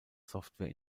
software